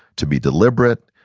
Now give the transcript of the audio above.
to be deliberate,